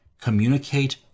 communicate